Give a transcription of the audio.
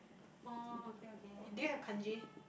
oh okay okay do you have Kanji